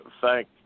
thank